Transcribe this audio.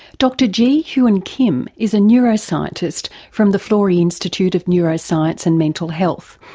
dr jee hyun kim is a neuroscientist from the florey institute of neuroscience and mental health,